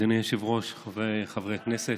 אדוני היושב-ראש, חבריי חברי הכנסת,